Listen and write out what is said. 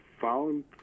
found